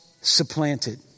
supplanted